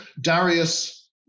Darius